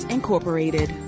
Incorporated